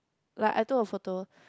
like I took a photo